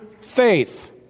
faith